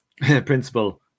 principle